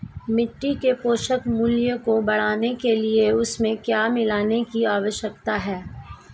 मिट्टी के पोषक मूल्य को बढ़ाने के लिए उसमें क्या मिलाने की आवश्यकता है?